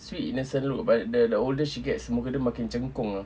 sweet innocent look but the the older she gets muka dia makin cengkung ah